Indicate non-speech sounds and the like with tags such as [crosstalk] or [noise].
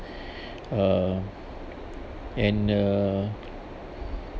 [breath] uh and uh